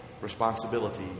responsibility